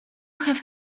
have